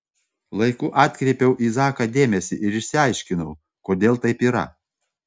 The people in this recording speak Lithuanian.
laiku atkreipiau į zaką dėmesį ir išsiaiškinau kodėl taip yra